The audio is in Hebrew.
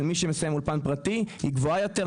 מי שמסיים אולפן פרטי היא גבוהה יותר,